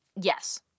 yes